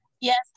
Yes